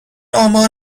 امار